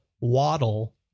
Waddle